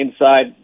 inside